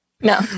no